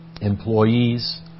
employees